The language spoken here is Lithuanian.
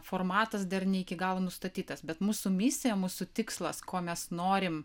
formatas dar ne iki galo nustatytas bet mūsų misija mūsų tikslas ko mes norim